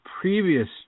previous